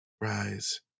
rise